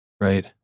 Right